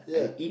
yeah